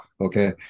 Okay